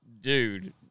dude